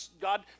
God